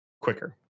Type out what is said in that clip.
quicker